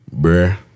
Bruh